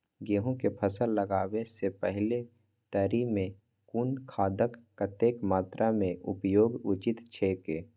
गेहूं के फसल लगाबे से पेहले तरी में कुन खादक कतेक मात्रा में उपयोग उचित छेक?